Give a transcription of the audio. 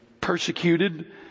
persecuted